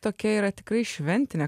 tokia yra tikrai šventinė